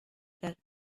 that